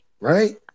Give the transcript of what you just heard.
right